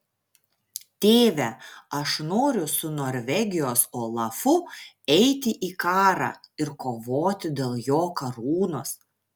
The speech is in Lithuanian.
tėve aš noriu su norvegijos olafu eiti į karą ir kovoti dėl jo karūnos